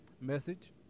message